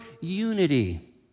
unity